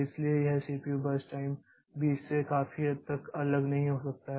इसलिए यह CPU burst time 20 से काफी हद तक अलग नहीं हो सकता है